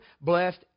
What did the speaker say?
blessed